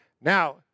Now